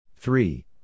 Three